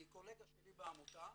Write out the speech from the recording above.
היא קולגה שלי בעמותה.